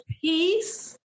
peace